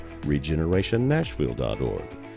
regenerationnashville.org